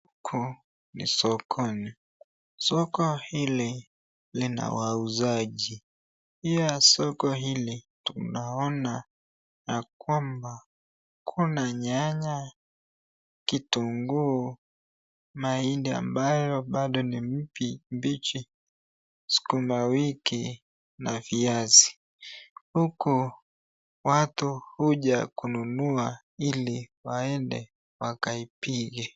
Huku ni sokoni. Soko hili lina wauzaji. Ya soko hili tunaona ya kwamba kuna nyanya, kitunguu, mahindi ambayo bado ni mpya mbichi, sukuma wiki na viazi. Huku watu huja kununua ili waende wakaipige.